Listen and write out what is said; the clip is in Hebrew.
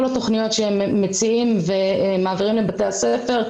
התוכניות שהם מציעים ומעבירים לבתי הספר,